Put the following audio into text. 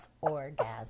orgasm